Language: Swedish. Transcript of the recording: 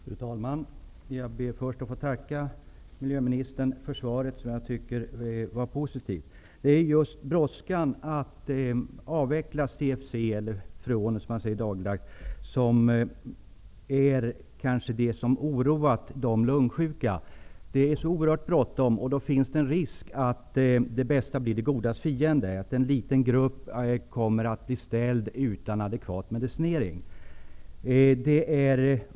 Fru talman! Jag ber först att få tacka miljöministern för svaret, som jag tycker är positivt. Det är just brådskan att avveckla CFC, eller freoner, som man säger dagligdags, som är det som oroat de lungsjuka. Det är så oerhört bråttom, och då finns det en risk för att det bästa blir det godas fiende. En liten grupp kommer att bli ställd utan adekvat medicinering.